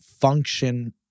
function